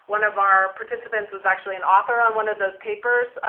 one of our participants was actually an author on one of those papers.